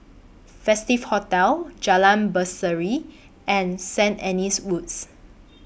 Festive Hotel Jalan Berseri and Saint Anne's Woods